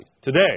today